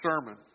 sermon